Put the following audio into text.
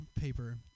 paper